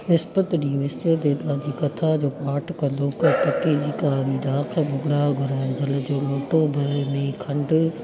विस्पति ॾींहुं विस्पति देवता जी कथा जो पाठु कंदो कर टकेजी कारी डाख भुॻिड़ा घुराए जल जो मुटो भर में खंडु